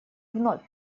вновь